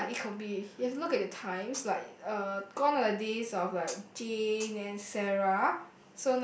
I mean like it could be you have to look at the times like uh gone are the days of like Jane and Sarah